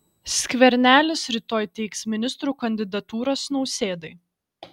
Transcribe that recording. skvernelis rytoj teiks ministrų kandidatūras nausėdai